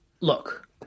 look